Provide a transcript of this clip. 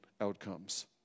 outcomes